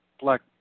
black